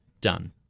done